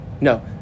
No